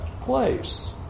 place